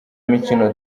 mikino